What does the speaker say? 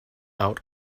out